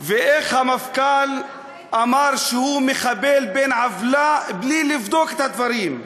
ואיך המפכ"ל אמר שהוא מחבל בן-עוולה בלי לבדוק את הדברים?